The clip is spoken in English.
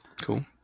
Cool